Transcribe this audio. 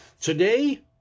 Today